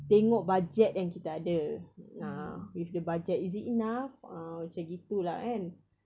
tengok bajet yang kita ada ah with the bajet is it enough ah macam gitu lah kan